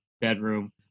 bedroom